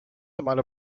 normale